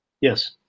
Yes